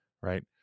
Right